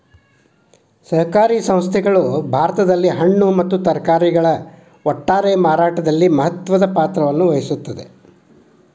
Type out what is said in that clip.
ಸಹಕಾರಿ ಸಂಸ್ಥೆಗಳು ಭಾರತದಲ್ಲಿ ಹಣ್ಣು ಮತ್ತ ತರಕಾರಿಗಳ ಒಟ್ಟಾರೆ ಮಾರಾಟದಲ್ಲಿ ಮಹತ್ವದ ಪಾತ್ರವನ್ನು ವಹಿಸುತ್ತವೆ